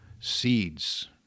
seeds